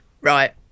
Right